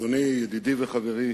אדוני, ידידי וחברי